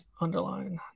underline